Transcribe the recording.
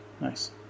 Nice